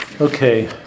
Okay